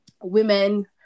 women